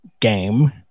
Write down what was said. game